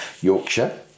Yorkshire